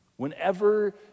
Whenever